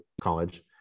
college